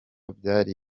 byari